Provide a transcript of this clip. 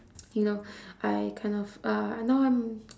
you know I kind of uh now I'm